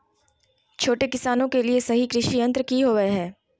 छोटे किसानों के लिए सही कृषि यंत्र कि होवय हैय?